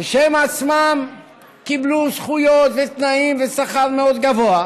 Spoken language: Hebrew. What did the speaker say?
ושהם עצמם קיבלו זכויות ותנאים ושכר מאוד גבוה,